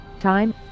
Time